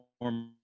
more